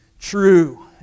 true